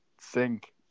sink